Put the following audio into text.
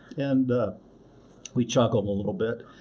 and we chuckled a little bit,